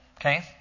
Okay